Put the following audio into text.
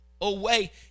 away